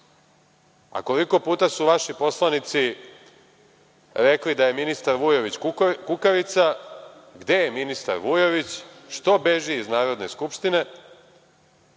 povlači. Koliko puta su vaši poslanici rekli da je ministar Vujović kukavica, gde je ministar Vujović, što beži iz Narodne skupštine,